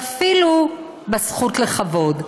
ואפילו בזכות לכבוד,